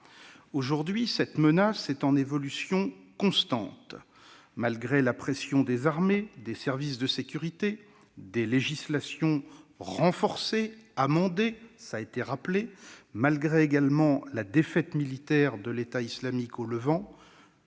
Aujourd'hui, cette menace est en évolution constante. Malgré la pression des armées, des services de sécurité, des législations renforcées, amendées, comme cela a été souligné, malgré également la défaite militaire de l'État islamique au Levant,